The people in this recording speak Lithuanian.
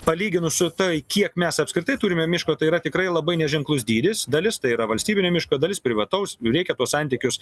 palyginus su tai kiek mes apskritai turime miško tai yra tikrai labai neženklus dydis dalis tai yra valstybinio miško dalis privataus reikia tuos santykius